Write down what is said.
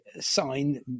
sign